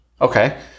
Okay